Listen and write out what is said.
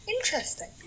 Interesting